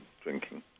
drinking